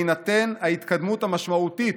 בהינתן ההתקדמות המשמעותית